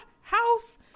house